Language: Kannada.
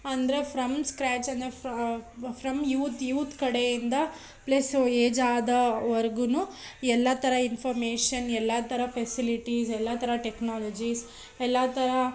ಅಂದರೆ ಫ್ರಮ್ ಸ್ಕ್ರ್ಯಾಚನ್ನು ಫ್ರಾ ಫ್ರಮ್ ಯೂತ್ ಯೂತ್ ಕಡೆಯಿಂದ ಪ್ಲಸ್ ಏಜ್ ಆದವರ್ಗೂ ಎಲ್ಲ ಥರ ಇನ್ಫಾರ್ಮೇಷನ್ ಎಲ್ಲ ಥರ ಫೆಸಿಲಿಟೀಸ್ ಎಲ್ಲ ಥರ ಟೆಕ್ನಾಲಜೀಸ್ ಎಲ್ಲ ಥರ